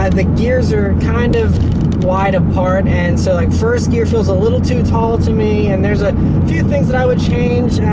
and the gears are kind of wide apart, and, so, like, first gear feels a little too tall to me, and there's a few things that i would change.